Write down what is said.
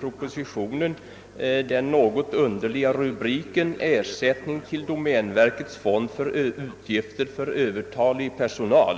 propositionen underligt nog inpassats under rubriken »Ersättning till domänverkets fond för utgifter för övertalig personal».